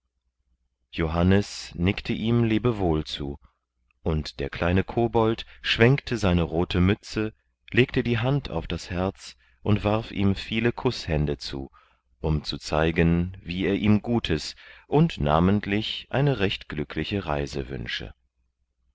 johannes nickte ihm lebewohl zu und der kleine kobold schwenkte seine rote mütze legte die hand auf das herz und warf ihm viele kußhände zu um zu zeigen wie er ihm gutes und namentlich eine recht glückliche